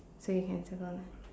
so you can circle